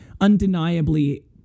undeniably